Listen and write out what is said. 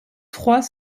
trois